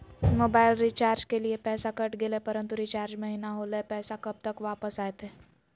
Mobile recharge के लिए पैसा कट गेलैय परंतु रिचार्ज महिना होलैय, पैसा कब तक वापस आयते?